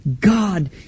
God